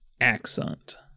Accent